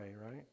right